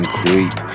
creep